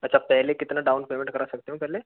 अच्छा पहले कितना डाउन पेमेंट करा सकते हो पहले